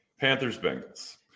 Panthers-Bengals